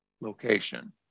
location